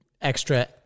extra